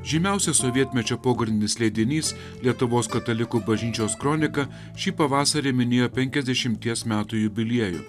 žymiausias sovietmečio pogrindinis leidinys lietuvos katalikų bažnyčios kronika šį pavasarį minėjo penkiasdešimties metų jubiliejų